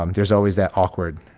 um there's always that awkward.